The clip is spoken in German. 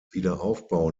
wiederaufbau